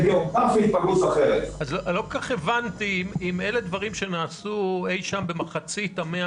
לא כל כך הבנתי אם אלה דברים שנעשו אי שם במחצית המאה